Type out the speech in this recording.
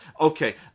Okay